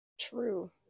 True